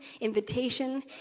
invitation